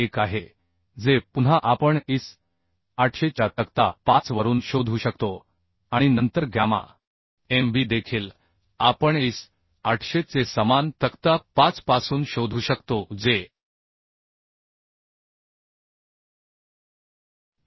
1 आहे जे पुन्हा आपण IS 800 च्या तक्ता 5 वरून शोधू शकतो आणि नंतर गॅमा mb देखील आपण IS 800 चे समान तक्ता 5 पासून शोधू शकतो जे 1